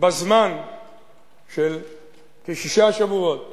בזמן של כשישה שבועות